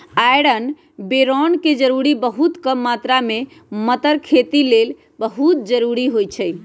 iron बैरौन के जरूरी बहुत कम मात्र में मतर खेती लेल जरूरी होइ छइ